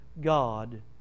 God